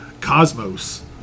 Cosmos